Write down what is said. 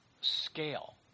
scale